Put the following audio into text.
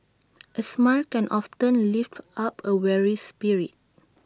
A smile can often lift up A weary spirit